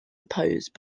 opposed